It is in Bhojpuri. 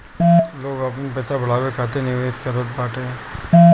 लोग आपन पईसा बढ़ावे खातिर निवेश करत बाटे